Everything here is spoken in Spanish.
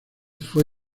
fue